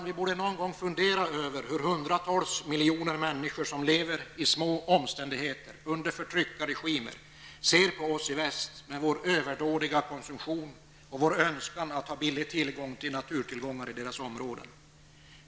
Vi borde någon gång fundera över hur hundratals miljoner människor som lever i små omständigheter under förtryckarregimer ser på oss i väst med vår överdådiga konsumtion och vår önskan att ha billig tillgång till naturtillgångarna i deras område.